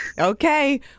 okay